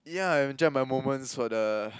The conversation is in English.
yeah I enjoyed my moments for the